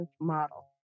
model